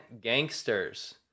gangsters